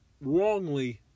wrongly